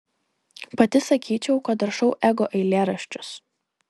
pati sakyčiau kad rašau ego eilėraščius